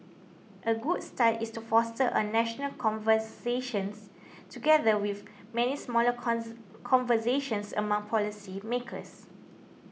a good start is to foster a national conversations together with many smaller conversations among policy makers